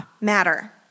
matter